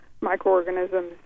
microorganisms